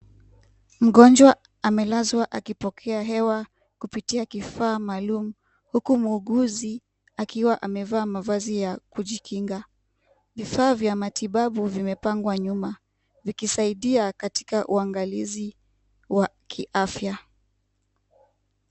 Mgonjwa amelazwa akipokea hewa kupitia kifaa maalum huku muuguzi akiwa amevaa mavazi ya kujikinga. Vifaa vya matibabu vimepangwa nyuma vikisaidia katika uangalizi wa kiafya.